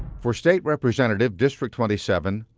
for state representative, district twenty seven,